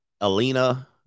Alina